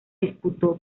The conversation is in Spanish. disputó